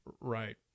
Right